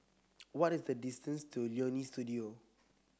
what is the distance to Leonie Studio